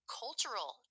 cultural